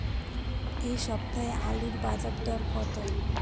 এ সপ্তাহে আলুর বাজার দর কত?